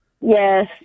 Yes